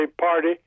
party